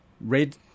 red